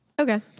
Okay